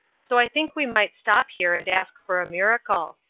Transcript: so i think we might stop here and ask for a miracle.